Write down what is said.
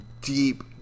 deep